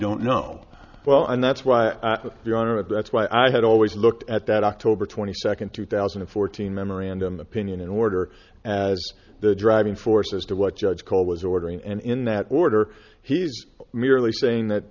don't know well and that's why the honor of that's why i had always looked at that october twenty second two thousand and fourteen memorandum opinion in order as the driving force as to what judge call was ordering and in that order he's merely saying that